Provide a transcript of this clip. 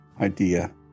idea